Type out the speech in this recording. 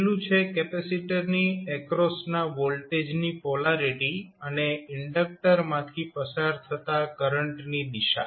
પહેલું છે કેપેસિટરની એક્રોસ ના વોલ્ટેજની પોલારિટી અને ઇન્ડકટરમાંથી પસાર થતા કરંટની દિશા